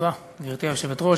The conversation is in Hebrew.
גברתי היושבת-ראש,